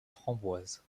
framboise